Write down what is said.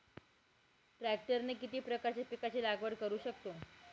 ट्रॅक्टरने किती प्रकारच्या पिकाची लागवड करु शकतो?